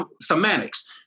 Semantics